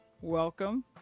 Welcome